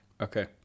Okay